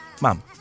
Mom